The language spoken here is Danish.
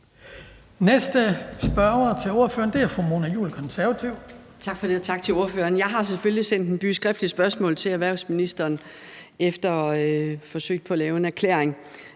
De Konservative. Kl. 19:19 Mona Juul (KF): Tak for det, og tak til ordføreren. Jeg har selvfølgelig sendt en byge af skriftlige spørgsmål til erhvervsministeren efter forsøget på at lave en erklæring